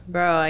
Bro